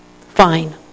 Fine